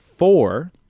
Four